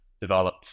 develop